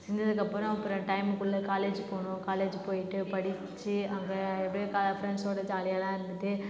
செஞ்சதுக்கு அப்புறம் அப்புறம் டைமுக்குள்ள காலேஜ் போகணும் காலேஜ் போயிட்டு படித்து அதை அங்கே அப்படியே ஃபிரண்ட்ஸ்சோடு ஜாலியாலாம் இருந்துட்டு